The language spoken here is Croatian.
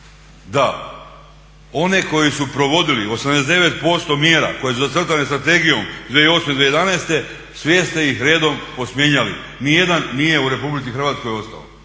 da, one koji su provodili 89% mjera koje su zacrtane strategijom 2008.-2011.sve ste ih redom posmijenjali, nijedan nije u RH ostao.